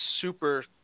super